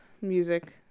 music